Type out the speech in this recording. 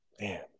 Man